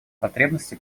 потребности